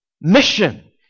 mission